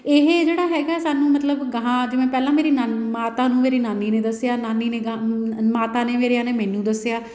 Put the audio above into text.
ਇਹ ਜਿਹੜਾ ਹੈਗਾ ਸਾਨੂੰ ਮਤਲਬ ਗਾਹਾਂ ਜਿਵੇਂ ਪਹਿਲਾਂ ਮੇਰੀ ਨਾ ਮਾਤਾ ਨੂੰ ਮੇਰੀ ਨਾਨੀ ਨੇ ਦੱਸਿਆ ਨਾਨੀ ਨੇ ਗਾਹਾਂ ਮਾਤਾ ਨੇ ਮੇਰੀਆਂ ਨੇ ਮੈਨੂੰ ਦੱਸਿਆ